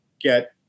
get